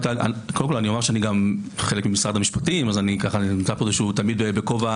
אני אומר שאני גם חלק ממשרד המשפטים אז אני נמצא פה תמיד בכובע